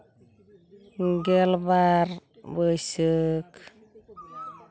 ᱜᱮᱞᱵᱟᱨ ᱵᱟᱹᱭᱥᱟᱹᱠᱷ